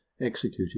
executed